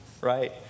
right